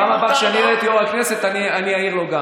בפעם הבאה שאני אראה את יו"ר הכנסת אני אעיר גם לו,